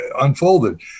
unfolded